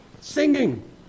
singing